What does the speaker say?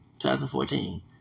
2014